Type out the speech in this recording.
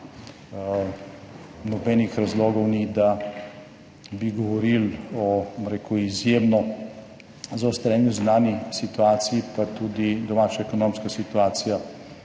nobenih razlogov ni, da bi govorili o, bom rekel, izjemno zaostreni zunanji situaciji, pa tudi domača ekonomska situacija